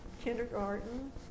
kindergarten